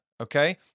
okay